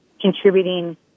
contributing